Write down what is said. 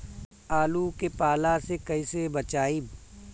आलु के पाला से कईसे बचाईब?